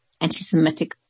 anti-Semitic